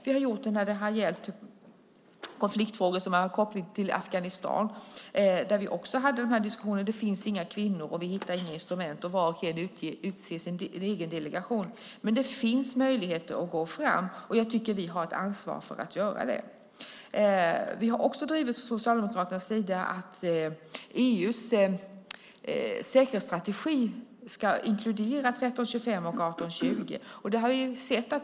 Vi har gjort det när det har gällt konfliktfrågor som haft koppling till Afghanistan, där vi också hade de här diskussionerna: Det finns inga kvinnor, vi hittar inga instrument, varje land utser sin egen delegation. Men det finns möjligheter att gå fram. Jag tycker att vi har ansvar för att göra det. Vi har också från Socialdemokraternas sida drivit att EU:s säkerhetsstrategi ska inkludera 1325 och 1820.